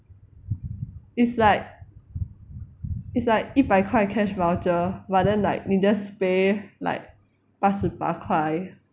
it's like it's like 一百块 cash voucher but then like 你 just pay like 八十八块